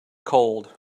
cold